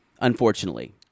Unfortunately